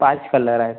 पाच कलर आहेत